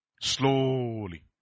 Slowly